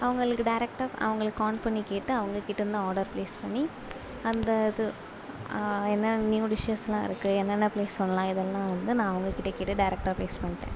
அவங்களுக்கு டேரெக்டாக அவங்களுக் கால் பண்ணி கேட்டு அவங்கக்கிட்டந்தான் ஆர்டர் பிளேஸ் பண்ணி அந்த இது என்ன நியூ டிஷ்ஷஸ்லாம் இருக்கு என்னென்ன பிளேஸ்லலாம் இதெல்லாம் வந்து நான் அவங்கக்கிட்டே கேட்டு டேரெக்டாக பிளேஸ் பண்ணிட்டேன்